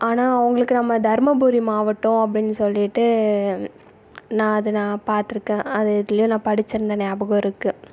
ஆனால் அவங்களுக்கு நம்ம தருமபுரி மாவட்டம் அப்படின் சொல்லிட்டு நான் அது நான் பார்த்துருக்கேன் அது எதிலையோ நான் படிச்சிருந்த ஞாபகம் இருக்குது